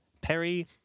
Perry